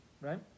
Right